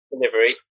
delivery